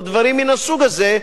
או דברים מן הסוג הזה,